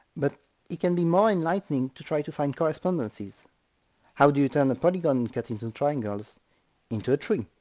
but it can be more enlightening to try to find correspondences how do you turn a polygon cut into triangles into a tree?